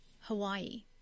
Hawaii